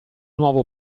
nuovo